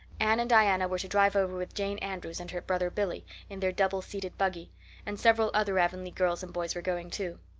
anne and diana were to drive over with jane andrews and her brother billy in their double-seated buggy and several other avonlea girls and boys were going too.